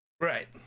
Right